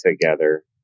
together